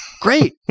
Great